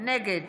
נגד